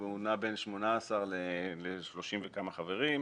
הוא נע בין 18 ל-30 וכמה חברים.